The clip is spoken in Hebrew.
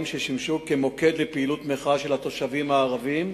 ששימשו מוקד לפעילות מחאה של התושבים הערבים